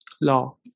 law